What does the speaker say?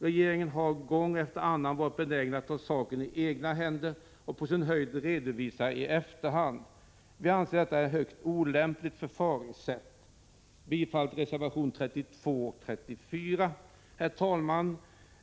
Regeringen har gång efter annan varit benägen att ta saken i egna händer och på sin höjd redovisa i efterhand. Vi anser att detta är ett högst olämpligt förfaringssätt. Jag yrkar bifall till reservationerna 32 och 34. Herr talman!